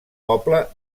poble